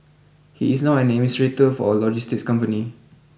he is now an administrator for a logistics company